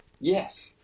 Yes